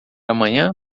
amanhã